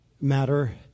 matter